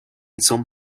some